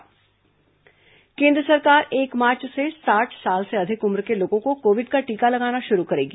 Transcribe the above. corona टीका केन्द्र सरकार एक मार्च से साठ साल से अधिक उम्र के लोगों को कोविड का टीका लगाना शुरू करेगी